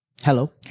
Hello